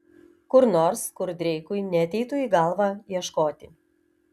kur nors kur dreikui neateitų į galvą ieškoti